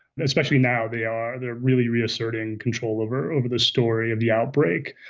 and especially now, they are they are really reasserting control over over the story of the outbreak.